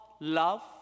love